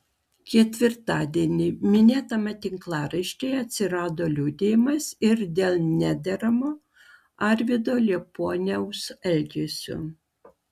ketvirtadienį minėtame tinklaraštyje atsirado liudijimas ir dėl nederamo arvydo liepuoniaus elgesio